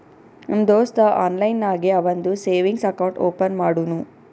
ನಮ್ ದೋಸ್ತ ಆನ್ಲೈನ್ ನಾಗೆ ಅವಂದು ಸೇವಿಂಗ್ಸ್ ಅಕೌಂಟ್ ಓಪನ್ ಮಾಡುನೂ